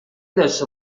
داشته